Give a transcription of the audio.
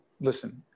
listen